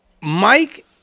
Mike